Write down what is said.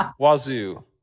Wazoo